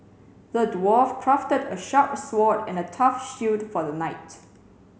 the dwarf crafted a sharp sword and a tough shield for the knight